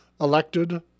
elected